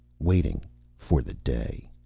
waiting for the day.